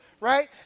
right